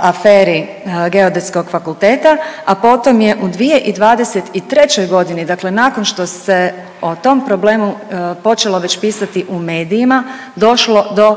aferi Geodetskog fakulteta, a potom je u 2023. g., dakle nakon što se o tom problemu počelo već pisati u medijima, došlo do preknjiženja